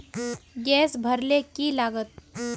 Gas भरले की लागत?